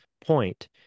point